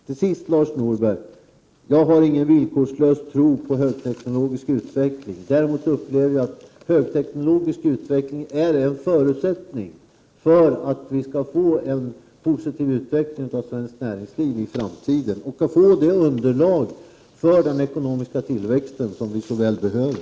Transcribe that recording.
Till sist, Lars Norberg: Jag har ingen villkorslös tro på högteknologisk utveckling. Däremot upplever jag att högteknologisk utveckling är en förutsättning för att vi skall få en positiv utveckling av svenskt näringsliv i framtiden och för att få det underlag för den ekonomiska tillväxten som vi så väl behöver.